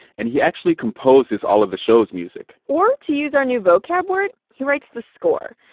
and he actually composes all of the show's music or to use our new vocab word, he writes the score.